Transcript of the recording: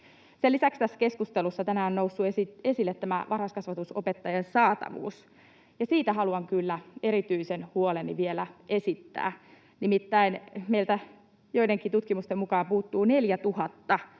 Sen lisäksi tässä keskustelussa tänään on noussut esille tämä varhaiskasvatusopettajien saatavuus, ja siitä haluan kyllä erityisen huoleni vielä esittää. Nimittäin meiltä joidenkin tutkimusten mukaan puuttuu 4 000